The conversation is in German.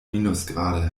minusgrade